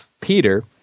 Peter